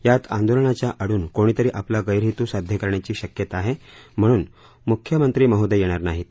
यात आन्दोलनाच्या आडून कोणीतरी आपला गैर हेतू साध्य करण्याची शक्यता आहे म्हणून मृख्यमंत्री महोदय येणार नाहीत